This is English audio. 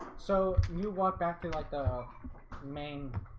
so you walk back there like the main